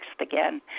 again